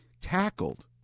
tackled